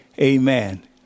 Amen